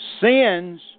Sins